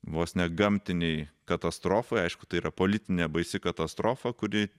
vos ne gamtinei katastrofai aišku tai yra politinė baisi katastrofa kuri